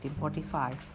1945